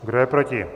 Kdo je proti?